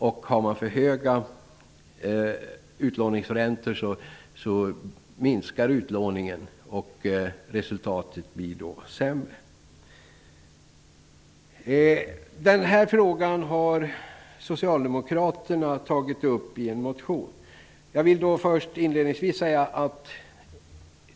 Om utlåningsräntorna är för höga, så minskar utlåningen, och resultatet blir sämre. Socialdemokraterna har tagit upp den här frågan i en motion.